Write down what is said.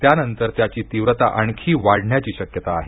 त्यानंतर त्याची तीव्रता आणखी वाढण्याची शक्यता आहे